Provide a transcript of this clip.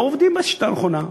לא עובדים בשיטה הנכונה.